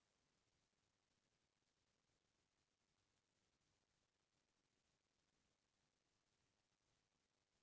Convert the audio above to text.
फसल म बरोबर कइ पुरूत के तो खातू माटी के संग दवई गोली डारे बर परथे